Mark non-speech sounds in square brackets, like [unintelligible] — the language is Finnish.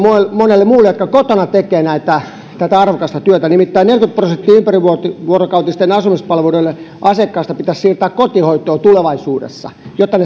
monelle muulle jotka kotona tekevät tätä arvokasta työtä nimittäin neljäkymmentä prosenttia ympärivuorokautisten asumispalveluiden asiakkaista pitäisi siirtää kotihoitoon tulevaisuudessa jotta [unintelligible]